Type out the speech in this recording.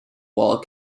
while